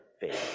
faith